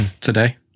Today